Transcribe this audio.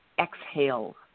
exhale